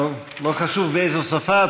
לא חשוב באיזו שפה,